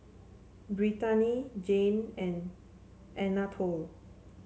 Brittani Jame and Anatole